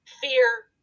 fear